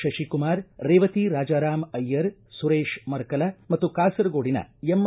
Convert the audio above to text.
ಶಶಿಕುಮಾರ್ ರೇವತಿ ರಾಜಾರಾಮ್ ಐಯ್ಯರ್ ಸುರೇಶ ಮರಕಲಾ ಮತ್ತು ಕಾಸರಗೋಡಿನ ಎಮ್